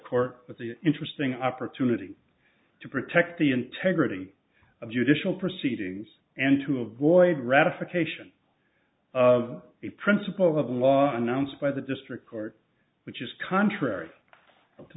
court but the interesting opportunity to protect the integrity of judicial proceedings and to avoid ratification of a principle of law announced by the district court which is contrary to